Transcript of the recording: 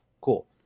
cool